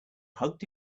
hugged